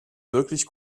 wirklich